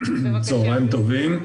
צוהריים טובים.